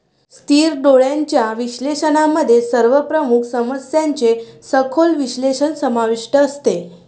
स्थिर डोळ्यांच्या विश्लेषणामध्ये सर्व प्रमुख समस्यांचे सखोल विश्लेषण समाविष्ट असते